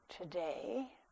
Today